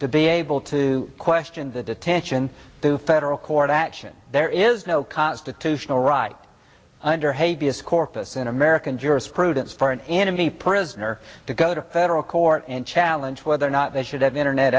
to be able to question the detention to federal court action there is no constitutional right under hey vs corpus in american jurisprudence for an enemy prisoner to go to federal or and challenge whether or not they should have internet